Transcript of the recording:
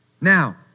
Now